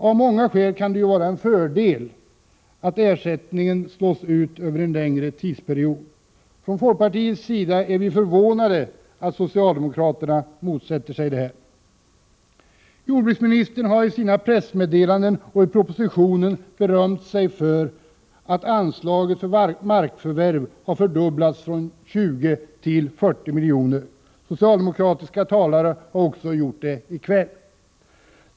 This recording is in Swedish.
Av flera skäl kan det ju vara en fördel att ersättningen slås ut över en längre tidsperiod. Från folkpartiets sida är vi förvånade över att socialdemokraterna motsätter sig detta. Jordbruksministern har i sina pressmeddelanden och i propositionen berömt sig för att anslaget för markförvärv har fördubblats från 20 till 40 miljoner. Socialdemokratiska talare har gjort detsamma i kväll.